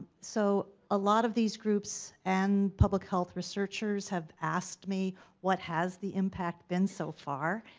so a lot of these groups and public health researchers have asked me what has the impact been so far?